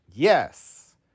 Yes